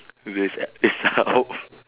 with its armpits out